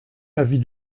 l’avis